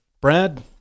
Brad